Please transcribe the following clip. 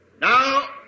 Now